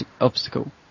obstacle